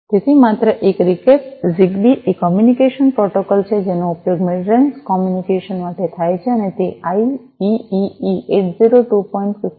તેથી માત્ર એક રીકેપ જીગબી એ કોમ્યુનિકેશન પ્રોટોકોલ છે જેનો ઉપયોગ મિડ રેન્જ કોમ્યુનિકેશન માટે થાય છે અને તે આઈઇઇઇ IEEE 802